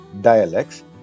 dialects